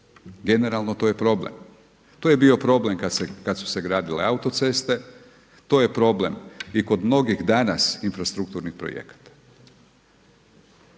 Generalno to je problem. To je bio problem kada su se gradile autoceste, to je problem i kod mnogih danas infrastrukturni projekata.